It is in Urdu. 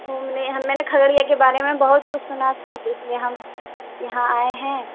گھومنے ہم میں نے کھگڑیا کے بارے میں بہت کچھ سنا تھا تو اس لیے ہم یہاں آئے ہیں